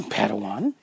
Padawan